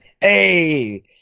Hey